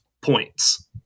points